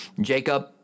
Jacob